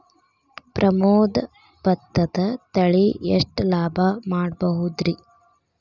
ಪ್ರಮೋದ ಭತ್ತದ ತಳಿ ಎಷ್ಟ ಲಾಭಾ ಮಾಡಬಹುದ್ರಿ?